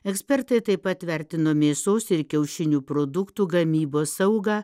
ekspertai taip pat vertino mėsos ir kiaušinių produktų gamybos saugą